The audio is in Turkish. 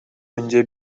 önce